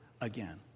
Again